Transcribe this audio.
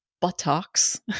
buttocks